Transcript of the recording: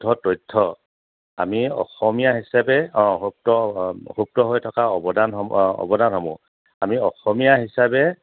শুদ্ধ তথ্য আমি অসমীয়া হিচাপে অঁ সুপ্ত সুপ্ত হৈ থকা অৱদানসমূ অৱদানসমূহ আমি অসমীয়া হিচাপে